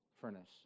furnace